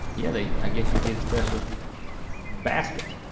yeah they, i guess you get a special basket.